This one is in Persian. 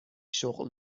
شغل